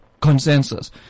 consensus